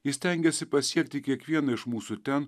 ji stengiasi pasiekti kiekvieną iš mūsų ten